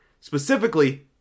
Specifically